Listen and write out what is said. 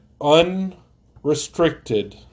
unrestricted